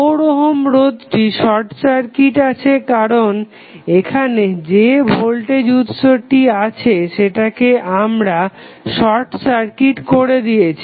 4 ohm রোধটি short circuit আছে কারণ এখানে যে ভোল্টেজ উৎসটি আছে সেটাকে আমরা শর্ট সার্কিট করে দিয়েছে